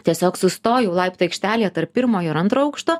tiesiog sustoju laiptų aikštelėje tarp pirmojo ir antro aukšto